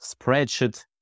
spreadsheet